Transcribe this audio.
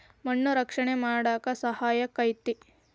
ಮಣ್ಣ ರಕ್ಷಣೆ ಮಾಡಾಕ ಸಹಾಯಕ್ಕತಿ